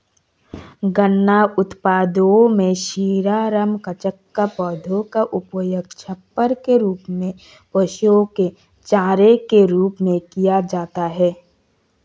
गन्ना उत्पादों में शीरा, रम, कचाका, पौधे का उपयोग छप्पर के रूप में, पशुओं के चारे के रूप में किया जाता है